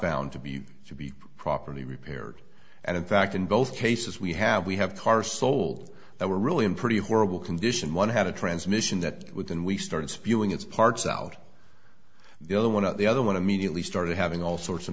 found to be to be properly repaired and in fact in both cases we have we have car sold that were really in pretty horrible condition one had a transmission that within we started spewing its parts out the other one at the other one immediately started having all sorts of